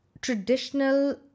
traditional